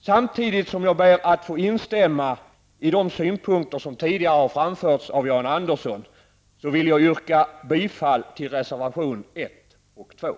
Samtidigt som jag vill instämma i de synpunkter som tidigare här framfördes av Jan Andersson yrkar jag bifall till reservationerna 1 och 2.